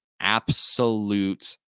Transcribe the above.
absolute